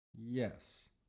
Yes